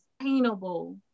sustainable